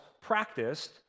practiced